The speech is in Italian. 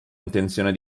intenzione